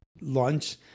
lunch